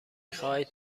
خواهید